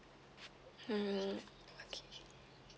mm okay